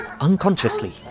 Unconsciously